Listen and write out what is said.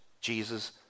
Jesus